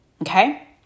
okay